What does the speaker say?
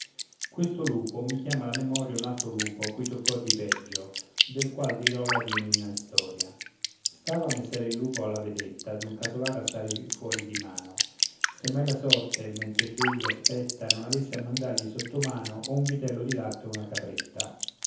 questo lupo mi chiama alla memoria un altro lupo a cui toccò di peggio del qual dirò la genuina istoria stava messer il lupo alla vedetta d'un casolar assai fuori di mano se mai la sorte mentre ch'egli aspetta non avesse a mandargli sottomano o un vitello di latte o una capretta